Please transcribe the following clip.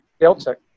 Celtic